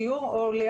לגבי הדיור לחברה